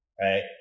right